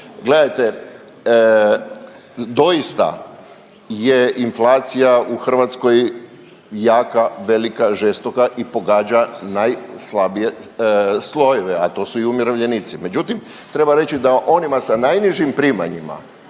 Gledajte, doista je inflacija u Hrvatskoj jaka, velika, žestoka i pogađa najslabije slojeve, a to su i umirovljenici, međutim, treba reći da onima sa najnižim primanjima